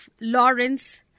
lawrence